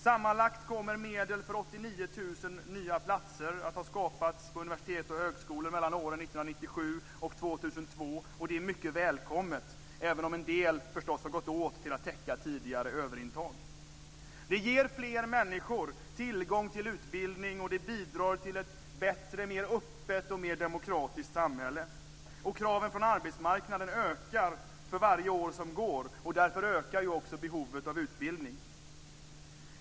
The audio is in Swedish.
Sammanlagt kommer medel för 89 000 nya platser att ha skapats på universitet och högskolor mellan åren 1997 och 2002. Det är mycket välkommet, även om en del har gått åt till att täcka tidigare överintag. Det ger fler människor tillgång till utbildning, och det bidrar till ett bättre, mer öppet och mer demokratiskt samhälle. Kraven från arbetsmarknaden ökar för varje år som går. Därför ökar också behovet av utbildning.